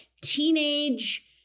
teenage